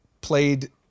played